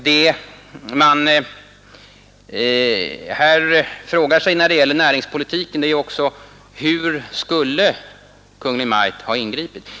Vad man frågar sig när det gäller näringspolitiken är: Hur skulle Kungl. Maj:t ha ingripit?